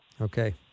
Okay